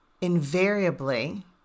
invariably